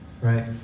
right